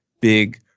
big